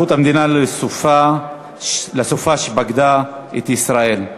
הצעות לסדר-היום בנושא: היערכות המדינה לסופה שפקדה את ישראל,